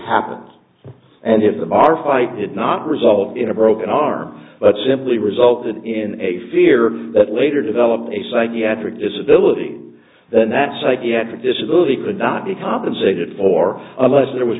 happens and if the bar fight did not result in a broken arm but simply resulted in a fear that later developed a psychiatric disability than that psychiatric disability could not be compensated for unless there was